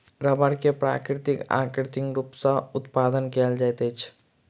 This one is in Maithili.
रबड़ के प्राकृतिक आ कृत्रिम रूप सॅ उत्पादन कयल जाइत अछि